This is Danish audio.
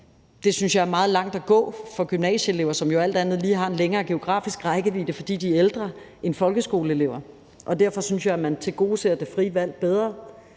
det synes jeg er meget langt at gå for gymnasieelever, som jo alt andet lige har en længere geografisk rækkevidde, fordi de er ældre end folkeskoleelever, og derfor synes jeg, at man tilgodeser det frie valg bedre.